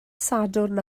sadwrn